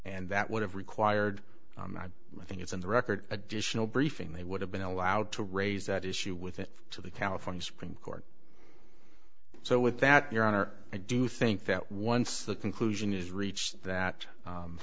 and that would have required i think it's in the record additional briefing they would have been allowed to raise that issue with it to the california supreme court so with that your honor i do think that once the conclusion is reached that